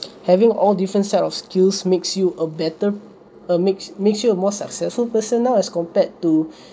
having all different set of skills makes you a better uh makes makes you more a successful person now as compared to